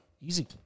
Easy